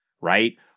right